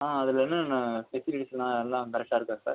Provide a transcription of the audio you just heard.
ஆ அதில் என்னென்ன ஃபெசிலிட்டிஸுலாம் எல்லாம் கரெக்டாக இருக்கா சார்